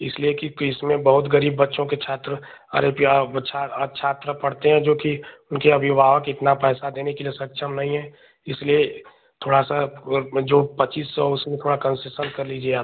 इसलिए क्योंकि इसमें बहुत गरीब बच्चों के छात्र अरे यहाँ छात्र पढ़ते हैं जो कि उनके अभिवाहक इतना पैसा देने के लिए सक्षम नहीं हैं इसलिए थोड़ा सा अगर जो पच्चीस सौ उसमें थोड़ा कंसेसन कर लीजिए आप